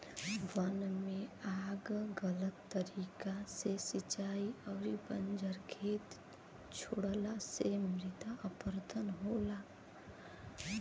वन में आग गलत तरीका से सिंचाई अउरी बंजर खेत छोड़ला से मृदा अपरदन होला